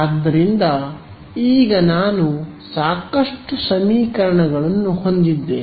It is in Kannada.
ಆದ್ದರಿಂದ ಈಗ ನಾನು ಸಾಕಷ್ಟು ಸಮೀಕರಣಗಳನ್ನು ಹೊಂದಿದ್ದೇನೆ